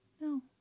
No